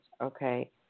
Okay